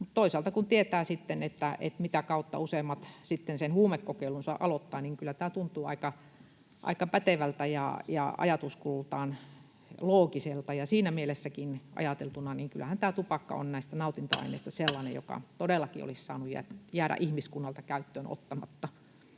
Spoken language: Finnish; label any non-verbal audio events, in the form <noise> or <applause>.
toisaalta kun tietää sitten, mitä kautta useimmat huumekokeilunsa aloittavat, niin kyllä tämä tuntuu aika pätevältä ja ajatuskulultaan loogiselta. Siinäkin mielessä ajateltuna kyllähän tupakka on näistä nautintoaineista <noise> sellainen, joka todellakin olisi saanut jäädä ihmiskunnalta käyttöön ottamatta.